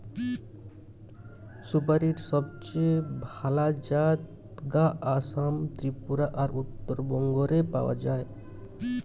সুপারীর সবচেয়ে ভালা জাত গা আসাম, ত্রিপুরা আর উত্তরবঙ্গ রে পাওয়া যায়